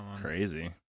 Crazy